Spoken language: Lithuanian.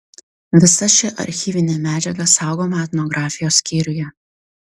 visa ši archyvinė medžiaga saugoma etnografijos skyriuje